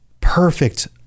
perfect